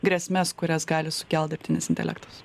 grėsmes kurias gali sukelt dirbtinis intelektas